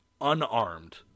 unarmed